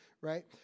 right